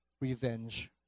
revenge